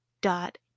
dot